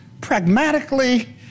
pragmatically